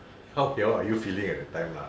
how you're feeling at that time lah